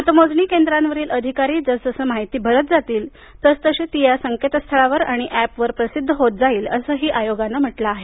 मतमोजणी केंद्रावरील अधिकारी जसजसे माहिती भरत जातील तसतशी ती या संकेतस्थळावर आणि एपवर प्रसिद्ध होत जाईल असंही आयोगानं स्पष्ट केलं आहे